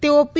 તેઓ પી